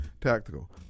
Tactical